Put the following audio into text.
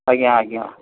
ଆଜ୍ଞା ଆଜ୍ଞା